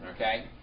Okay